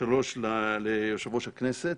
ליושב-ראש הכנסת.